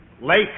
lake